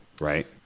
right